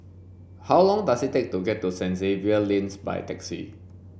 how long does it take to get to Saint Xavier's Lane by taxi